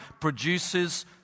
produces